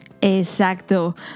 Exacto